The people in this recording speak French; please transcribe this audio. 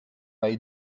aille